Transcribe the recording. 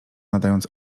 nadając